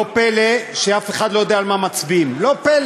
לא פלא שאף אחד לא יודע על מה מצביעים, לא פלא.